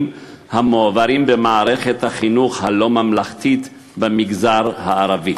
המועברים במערכת החינוך הלא-ממלכתית במגזר הערבי?